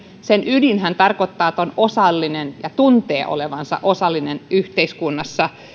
sen ydin tarkoittaa että on osallinen ja tuntee olevansa osallinen yhteiskunnassa